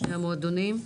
שני המועדונים,